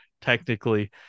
technically